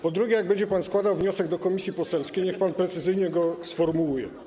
Po drugie, jak będzie pan składał wniosek do komisji poselskiej, niech pan precyzyjnie go sformułuje.